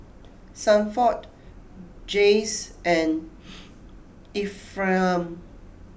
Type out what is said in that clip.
Sanford Janyce and Ephriam